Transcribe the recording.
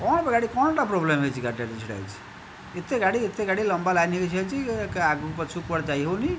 କଣ ପାଇଁ ଗାଡି କଣଟା ପ୍ରୋବ୍ଲେମ ହୋଇଛି ଗାଡ଼ିଟା ଏଠି ଛିଡା ହୋଇଛି ଏତେ ଗାଡି ଏତେ ଗାଡି ଲମ୍ବା ଲାଇନ ହୋଇକି ଛିଡା ହୋଇଛି ଆଗକୁ ପଛକୁ କୁଆଡେ ଯାଇ ହେଉନାହିଁ